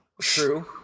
True